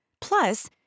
Plus